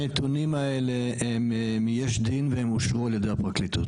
הנתונים האלה הם מ-יש דין והם אושרו על ידי הפרקליטות.